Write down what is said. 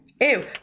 Ew